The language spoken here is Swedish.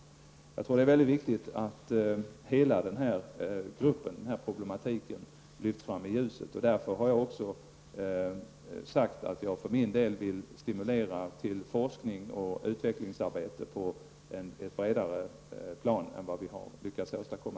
Jag tror att det är mycket viktigt att hela denna problematik lyfts fram i ljuset. Jag har därför också sagt att jag för min del vill stimulera till forskning och utvecklingsarbete på ett bredare plan än vad vi hittills har lyckats åstadkomma.